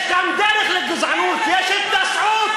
יש כאן דרך לגזענות, יש התנשאות.